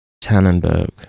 Tannenberg